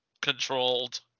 controlled